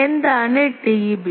എന്താണ് ടിബി